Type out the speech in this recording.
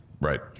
Right